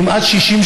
כץ: לצערנו.